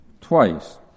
twice